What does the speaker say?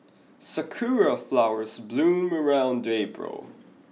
sakura flowers bloom around April